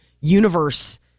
Universe